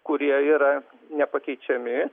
kurie yra nepakeičiami